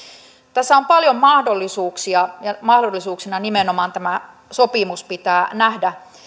tässä on paljon mahdollisuuksia ja nimenomaan mahdollisuuksina tämä sopimus pitää nähdä